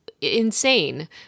insane